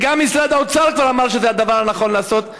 וגם משרד האוצר כבר אמר שזה הדבר הנכון לעשות,